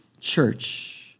church